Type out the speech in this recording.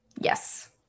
Yes